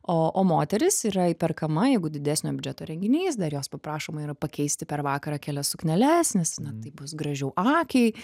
o o moteris yra įperkama jeigu didesnio biudžeto renginys dar jos paprašoma yra pakeisti per vakarą kelias sukneles nes na tai bus gražiau akiai